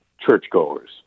churchgoers